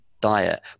diet